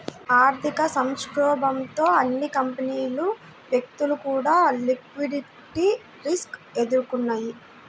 ఆర్థిక సంక్షోభంతో అన్ని కంపెనీలు, వ్యక్తులు కూడా లిక్విడిటీ రిస్క్ ఎదుర్కొన్నయ్యి